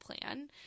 plan